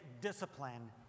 discipline